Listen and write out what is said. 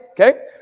Okay